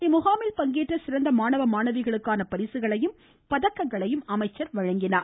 இம்முகாமில் பங்கேற்ற சிறந்த மாணவ மாணவிகளுக்கான பரிசுகளையும் பதக்கங்களையும் அமைச்சர் வழங்கினார்